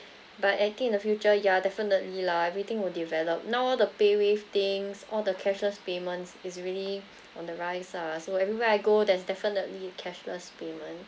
but I think in the future ya definitely lah everything will develop now all the paywave things all the cashless payments is already on the rise lah so everywhere I go there's definitely cashless payment